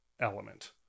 element